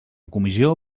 comissió